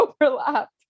overlap